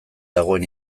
dagoen